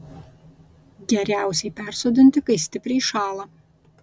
geriausiai persodinti kai stipriai šąla